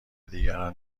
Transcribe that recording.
دیگران